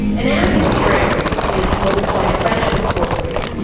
and an amicus curiae brief is what we call a friend of the court brief.